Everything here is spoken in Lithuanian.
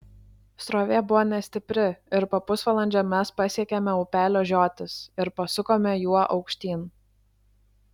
srovė buvo nestipri ir po pusvalandžio mes pasiekėme upelio žiotis ir pasukome juo aukštyn